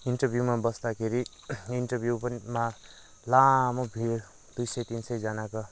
इन्टरभ्यूमा बस्दाखेरि इन्टरभ्यू पनि मा लामो भिड दुई सय तिन सय जनाको